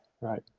right